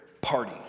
party